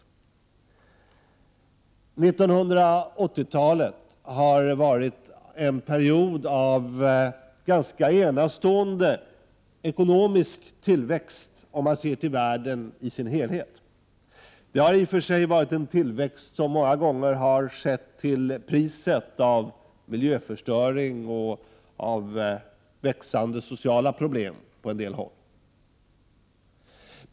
1980-talet har varit en period av ganska enastående ekonomisk tillväxt om vi ser till världen i dess helhet. Det har i och för sig varit en tillväxt som många gånger har skett till priset av Prot. 1988/89:99 miljöförstöring och växande sociala problem på en del håll.